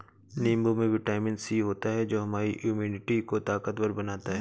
नींबू में vitamin C होता है जो हमारे इम्यूनिटी को ताकतवर बनाता है